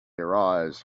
arise